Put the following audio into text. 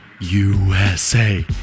USA